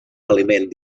aliment